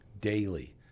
daily